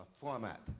format